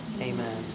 amen